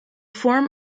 form